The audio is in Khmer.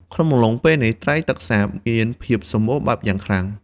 ក្នុងអំឡុងពេលនេះ ត្រីទឹកសាបមានភាពសម្បូរបែបយ៉ាងខ្លាំង។